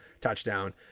touchdown